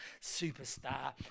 superstar